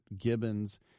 Gibbons